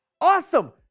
awesome